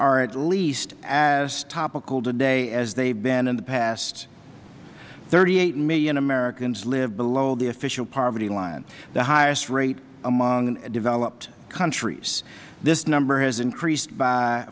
are at least as topical today as they have been in the past thirty eight million americans live below the official poverty line the highest rate among developed countries this number has increased by